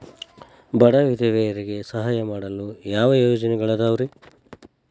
ಬಡ ವಿಧವೆಯರಿಗೆ ಸಹಾಯ ಮಾಡಲು ಯಾವ ಯೋಜನೆಗಳಿದಾವ್ರಿ?